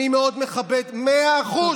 אני מאוד מכבד, מאה אחוז.